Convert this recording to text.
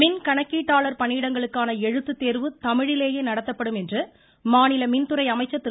மின் கணக்கீட்டாளர் பணியிடங்களுக்கான எழுத்து தேர்வு தமிழிலேயே நடத்தப்படும் என மாநில மின்துறை அமைச்சர் திரு